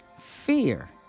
Fear